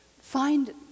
find